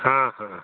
ହଁ ହଁ